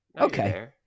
Okay